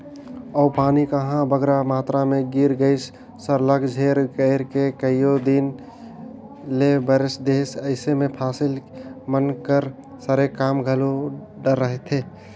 अउ पानी कहांे बगरा मातरा में गिर गइस सरलग झेर कइर के कइयो दिन ले बरेस देहिस अइसे में फसिल मन कर सरे कर घलो डर रहथे